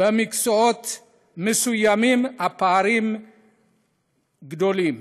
במקצועות מסוימים הפערים גדולים.